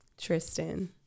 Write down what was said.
Tristan